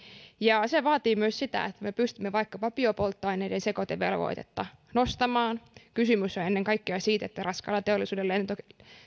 ja se vaatii myös sitä että me pystymme vaikkapa biopolttoaineiden sekoitevelvoitetta nostamaan kysymys on ennen kaikkea siitä että raskaalla teollisuudella